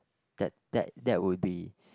that that that would be